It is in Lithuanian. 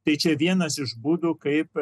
tai čia vienas iš būdų kaip